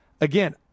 again